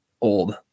old